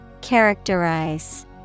Characterize